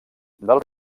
del